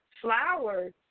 flowers